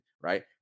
right